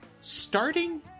Starting